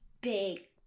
big